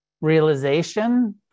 realization